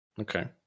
Okay